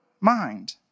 mind